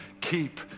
Keep